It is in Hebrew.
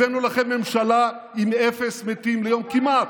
הבאנו לכם ממשלה עם אפס מתים ליום, כמעט.